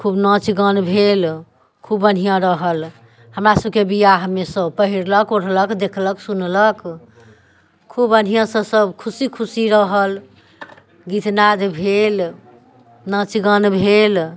खूब नाँच गान भेल खूब बढ़िआँ रहल हमरा सबके बिआहमे सब पहिरलक ओढ़लक देखलक सुनलक खूब बढ़िआँसँ खूब खुशी खुशी रहल गीत नाद भेल नाँच गान भेल